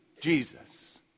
Jesus